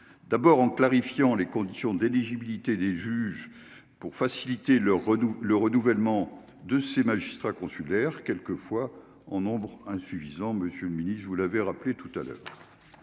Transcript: d'abord en clarifiant les conditions d'éligibilité des juges pour faciliter le renouveau, le renouvellement de ces magistrats consulaires quelques fois en nombre insuffisant, Monsieur le Ministre, vous l'avez rappelé tout à l'heure,